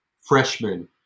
freshman